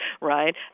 right